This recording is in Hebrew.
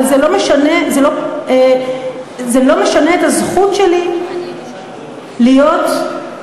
אבל זה לא משנה את הזכות שלי להיות בעלת